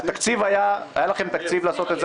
היה לכם תקציב לעשות את זה,